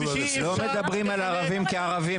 לא מדברים על ערבים כערבים,